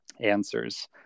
answers